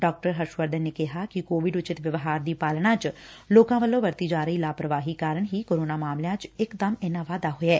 ਡਾ ਹਰਸ਼ ਵਰਧਨ ਨੇ ਕਿਹਾ ਕਿ ਕੋਵਿਡ ਉਚਿਤ ਵਿਵਹਾਰ ਦੀ ਪਾਲਣਾ ਚ ਲੋਕਾ ਵੱਲੋ ਵਰਤੀ ਜਾ ਰਹੀ ਲਾਪਰਵਾਹੀ ਕਾਰਨ ਹੀ ਕੋਰੋਨਾ ਮਾਮਲਿਆਂ ਚ ਇਕ ਦਮ ਇਨਾਂ ਵਾਧਾ ਹੋਇਐ